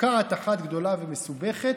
לפקעת אחת גדולה ומסובכת,